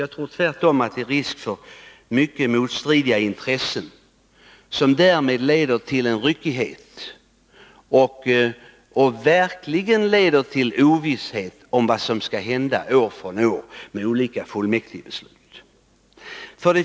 Jag tror tvärtom att det är risk för mycket motstridiga intressen, vilket leder till en ryckighet och verkligen skapar ovisshet om vad som skall hända år från år med olika fullmäktigebeslut.